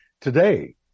today